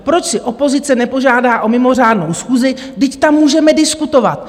Proč si opozice nepožádá o mimořádnou schůzi, vždyť tam můžeme diskutovat?